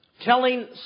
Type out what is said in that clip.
telling